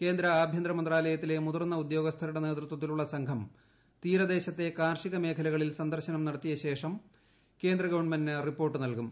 കേന്ദ്ര ആഭ്യന്തര മന്ത്രാലയത്തിലെ മുതിർന്ന ഉദ്യോഗസ്ഥരുടെ നേതൃത്വത്തിലുള്ള സംഘം തീരദേശത്തെ കാർഷിക മേഖലകളിൽ സന്ദർശനം നടത്തിയ ശേഷം കേന്ദ്ര ഗവൺമെന്റിന് റിപ്പോർട്ട് നൽകും